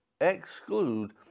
exclude